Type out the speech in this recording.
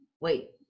Wait